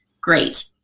great